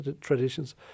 traditions